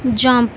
jump